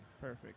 Perfect